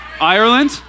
Ireland